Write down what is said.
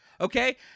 okay